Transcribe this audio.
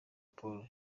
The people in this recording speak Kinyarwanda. paul